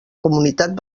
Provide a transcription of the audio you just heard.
comunitat